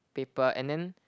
paper and then